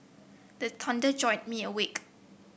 the thunder jolt me awake